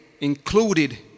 included